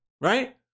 right